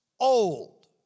Old